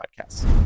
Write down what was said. podcasts